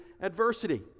adversity